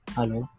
Hello